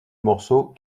morceau